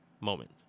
moment